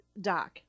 Doc